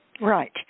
Right